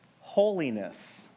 holiness